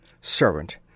SERVANT